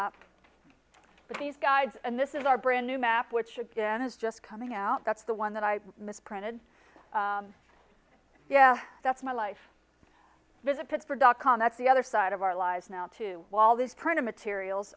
up but these guys and this is our brand new map which again is just coming out that's the one that i miss printed yeah that's my life visit for dot com that's the other side of our lives now too while these printed materials